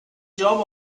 job